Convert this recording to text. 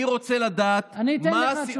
אני רוצה לדעת, אני אתן לך תשובה.